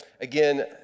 Again